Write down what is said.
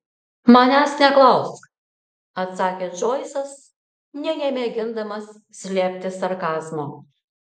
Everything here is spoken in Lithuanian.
manęs neklausk atsakė džoisas nė nemėgindamas slėpti sarkazmo